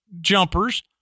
jumpers